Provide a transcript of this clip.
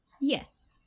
Yes